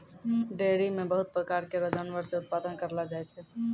dairy म बहुत प्रकार केरो जानवर से उत्पादन करलो जाय छै